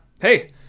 hey